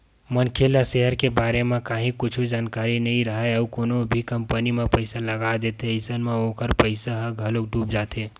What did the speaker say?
मनखे ला सेयर के बारे म काहि कुछु जानकारी नइ राहय अउ कोनो भी कंपनी म पइसा लगा देथे अइसन म ओखर पइसा ह घलोक डूब जाथे